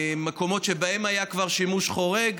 למקומות שבהם כבר היה שימוש חורג.